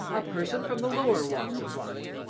a person from the lower walks of life.